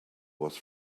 was